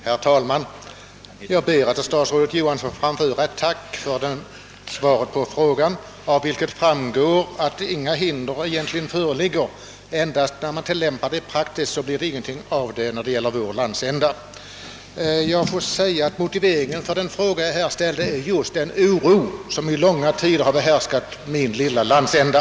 Herr talman! Jag ber att till statsrådet Johansson få framföra ett tack för svaret på min fråga. Av svaret framgår att några hinder egentligen inte föreligger för lokaliseringspolitiska åtgärder i sydöstra Skåne. Men vid den praktiska tillämpningen blir det ingenting av det hela. Mo tiveringen för den fråga jag ställde är just den oro som i långa tider har härskat i min lilla landsända.